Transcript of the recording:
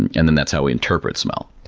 and and then that's how we interpret smell.